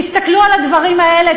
תסתכלו על הדברים האלה,